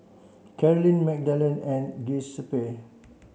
Caroline Magdalen and Giuseppe